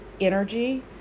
energy